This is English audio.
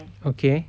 okay